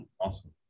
Awesome